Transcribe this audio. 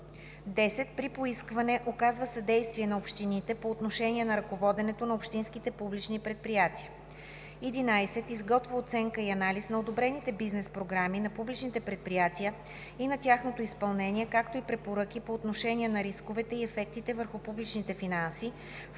10. при поискване оказва съдействие на общините по отношение на ръководенето на общинските публични предприятия; 11. изготвя оценка и анализ на одобрените бизнес програми на публичните предприятия и на тяхното изпълнение, както и препоръки по отношение на рисковете и ефектите върху публичните финанси,